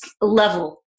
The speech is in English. level